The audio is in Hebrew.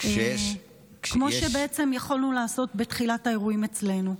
כמו שבעצם יכולנו לעשות בתחילת האירועים אצלנו,